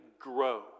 grow